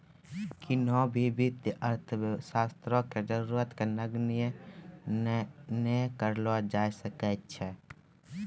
किन्हो भी वित्तीय अर्थशास्त्र के जरूरत के नगण्य नै करलो जाय सकै छै